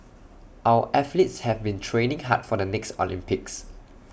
our athletes have been training hard for the next Olympics